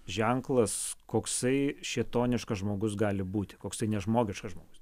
ženklas koksai šėtoniškas žmogus gali būti koks tai nežmogiškas žmogus